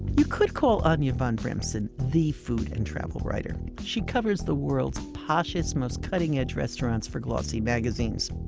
you could call anya von bremzen the food and travel writer. she covers the world's poshest, most cutting-edge restaurants for glossy magazines.